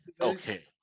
Okay